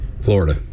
Florida